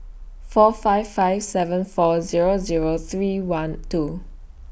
four five five seven four Zero Zero three one two